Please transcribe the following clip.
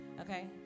Okay